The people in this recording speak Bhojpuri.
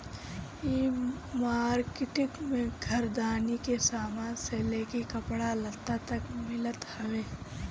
इ मार्किट में घरदारी के सामान से लेके कपड़ा लत्ता तक मिलत हवे